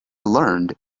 learned